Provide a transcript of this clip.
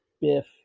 Biff